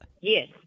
Yes